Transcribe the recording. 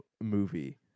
movie